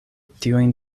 tiujn